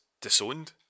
disowned